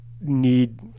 need